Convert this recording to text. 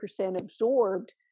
absorbed